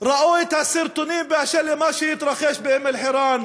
ראו את הסרטונים באשר למה שהתרחש באום-אלחיראן